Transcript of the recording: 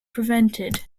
prevented